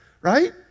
Right